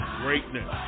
greatness